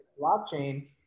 blockchain